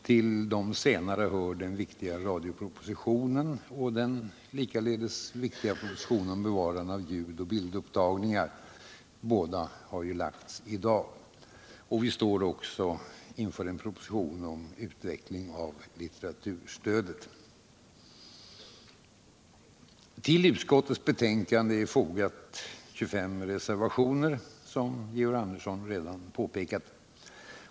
Till de senare hör den viktiga radiopropositionen och den likaledes viktiga propositionen om bevarandet av ljud och bildupptagningar — båda lagda i dag. Vi står också inför en proposition om utveckling av litteraturstödet. Till utskottets betänkande är fogade 25 reservationer, som Georg Andersson redan har påpekat.